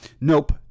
Nope